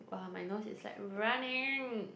!wah! my nose is like running